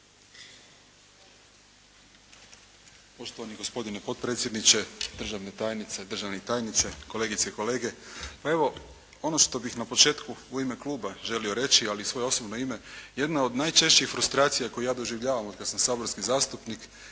Poštovani gospodine potpredsjedniče, državne tajnice, državni tajniče, kolegice i kolege. Pa evo ono što bih na početku u ime kluba želio reći, ali i svoje osobno ime, jedna je od najčešćih frustracija koje ja doživljavam od kada sam saborski zastupnik je